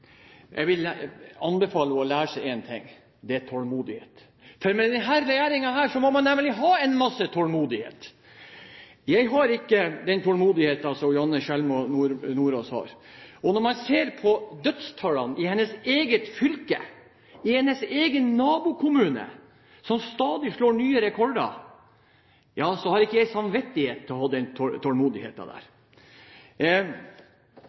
Jeg vil anbefale henne å lære seg én ting, og det er tålmodighet. For med denne regjeringen må man nemlig ha en masse tålmodighet. Jeg har ikke den tålmodigheten som Janne Sjelmo Nordås har. Når man ser på dødstallene i hennes eget fylke, og i hennes egen nabokommune, som stadig setter nye rekorder, hadde ikke jeg hatt samvittighet til å ha den